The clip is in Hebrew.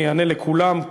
אני אענה לכולם,